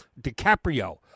DiCaprio